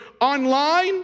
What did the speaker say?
online